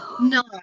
no